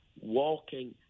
walking